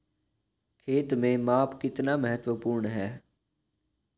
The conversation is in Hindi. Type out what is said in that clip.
खेत में माप कितना महत्वपूर्ण है?